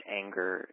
anger